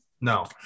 No